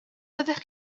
fyddech